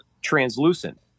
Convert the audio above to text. translucent